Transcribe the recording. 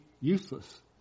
Useless